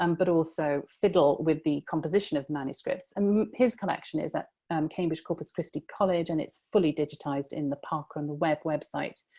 um but also fiddle with the composition of manuscripts. and his collection is at cambridge corpus christi college, and it's fully digitized in the parker on the web website.